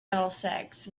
middlesex